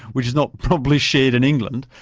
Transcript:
which is not probably shared in england,